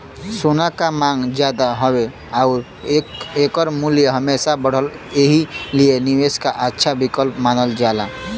सोना क मांग जादा हउवे आउर एकर मूल्य हमेशा बढ़ला एही लिए निवेश क अच्छा विकल्प मानल जाला